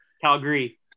Calgary